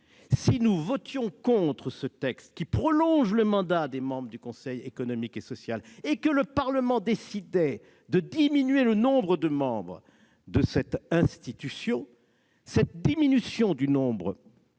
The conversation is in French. Si nous votions contre ce texte qui prolonge le mandat des membres du Conseil économique, social et environnemental et que le Parlement décidait de diminuer le nombre de membres de cette institution, cette diminution